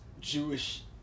Jewish